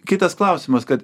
kitas klausimas kad